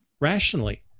rationally